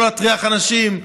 כדי לא להטריח אנשים.